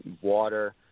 water